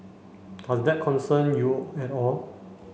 does that concern you at all